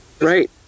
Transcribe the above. Right